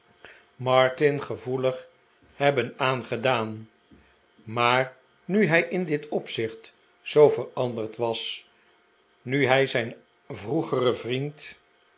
martin gevoelig hebben aangedaan maar nu hij in dit opzicht zoo veranderd was nu hij zijn vroegeren vriend